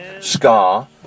Scar